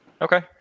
Okay